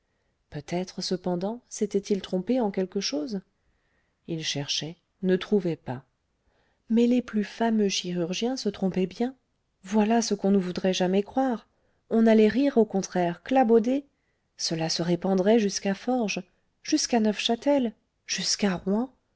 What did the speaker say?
peutêtre cependant s'était-il trompé en quelque chose il cherchait ne trouvait pas mais les plus fameux chirurgiens se trompaient bien voilà ce qu'on ne voudrait jamais croire on allait rire au contraire clabauder cela se répandrait jusqu'à forges jusqu'à neufchâtel jusqu'à rouen